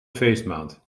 feestmaand